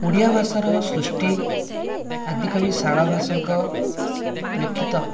ଓଡ଼ିଆ ଭାଷାର ସୃଷ୍ଟି ଆଦିକବି ସାରଳା ଭାଷାଙ୍କ ଲିଖିତ